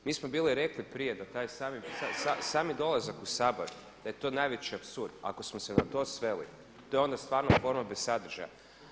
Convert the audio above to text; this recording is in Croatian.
Mi smo bili rekli prije da taj sami dolazak u Sabor da je to najveći apsurd, ako smo se na to sveli, to je onda samo forma bez sadržaja.